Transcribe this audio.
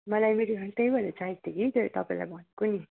मलाई त्यही भनेर चाहिएको थियो कि त्यही तपाईँलाई भनेको नि